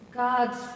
God's